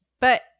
But-